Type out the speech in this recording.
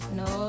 no